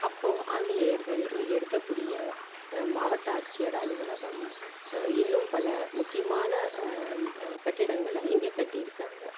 அப்போ ஆங்கிலேயர்கள் இங்கே இருக்கறக்கூடிய மாவட்ட ஆட்சிரியர் அலுவலகம் இன்னும் பல முக்கியமான கட்டிடங்களை இங்கே கட்டிருக்காங்க